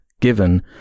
given